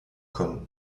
können